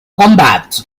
combat